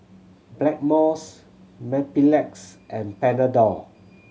Blackmores Mepilex and Panadol